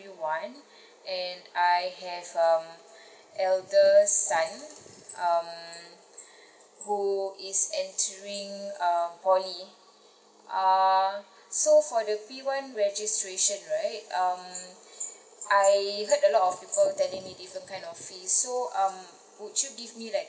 one and I have um eldest son um who is entering uh P_O_L_Y err so for the P one registration right um I heard a lot of people different kind of fees so um would you give me like